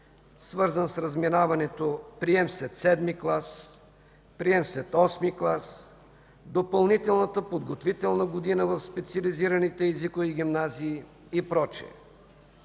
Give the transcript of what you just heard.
свързан с разминаването – прием след седми клас, прием след осми клас, допълнителната подготвителна година в специализираните езикови гимназии и